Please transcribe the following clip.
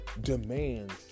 demands